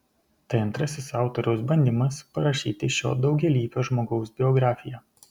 tai antrasis autoriaus bandymas parašyti šio daugialypio žmogaus biografiją